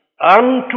unto